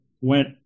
went